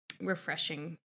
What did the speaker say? refreshing